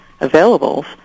availables